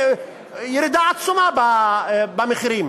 ירידה עצומה במחירים.